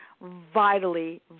vitally